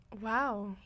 Wow